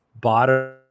bottom